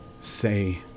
Say